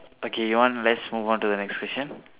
okay one let's move on to the next question